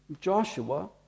Joshua